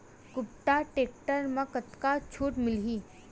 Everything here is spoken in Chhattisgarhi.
कुबटा टेक्टर म कतका छूट मिलही?